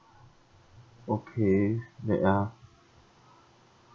okay wait ah